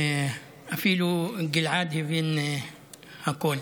אפילו גלעד הבין הכול.